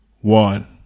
one